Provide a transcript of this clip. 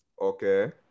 Okay